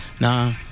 Nah